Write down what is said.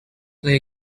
play